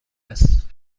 است